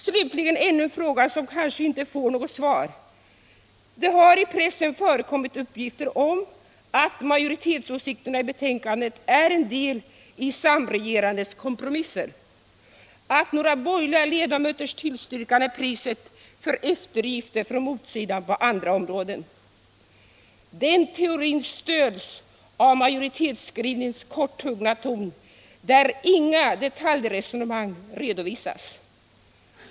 Slutligen ännu en fråga som kanske inte får något svar. Det har i pressen förekommit uppgifter om att majoritetsåsikterna i betänkandet är en del i samregerandets kompromisser —att några borgerliga leda möters tillstyrkan är priset för eftergifter från motsidan på andra områden. Den teorin stöds av majoritetsskrivningens korthuggna ton där inga detaljresonemang redovisas.